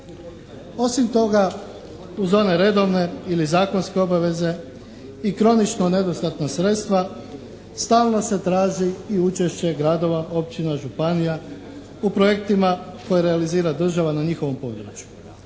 Osim toga, uz one redovne ili zakonske obaveze i kronično nedostatna sredstva stalno se traži i učešće gradova, općina, županija u projektima koje realizira država na njihovom području.